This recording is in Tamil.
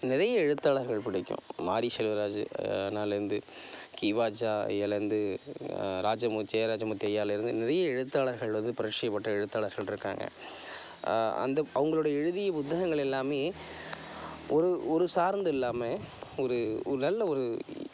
நிறைய எழுத்தாளர்கள் பிடிக்கும் மாரி செல்வராஜ் அண்ணாலேருந்து கிவாஜா ஐயாலேருந்து ராஜமூ சே ஜெய ராஜமூர்த்தி ஐயாலேருந்து நிறைய எழுத்தாளர்கள் வந்து பரிட்சயப்பட்ட எழுத்தாளர்களிருக்காங்க அந்தப் அவங்களோட எழுதிய புத்தகங்கள் எல்லாமே ஒரு ஒரு சார்ந்து இல்லாமல் ஒரு ஒரு நல்ல ஒரு